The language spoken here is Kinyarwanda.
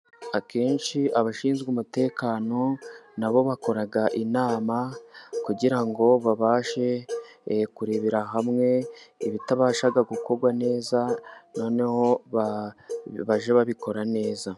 Akenshi abashinzwe umutekano na bo bakora inama, kugira ngo babashe kurebera hamwe ibitabasha gukorwa neza, noneho bajye babikora neza.